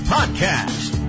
Podcast